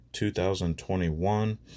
2021